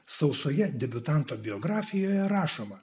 sausoje debiutanto biografijoje rašoma